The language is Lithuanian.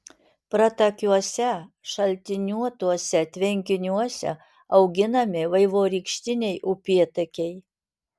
pratakiuose šaltiniuotuose tvenkiniuose auginami vaivorykštiniai upėtakiai